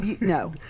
no